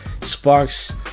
sparks